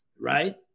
right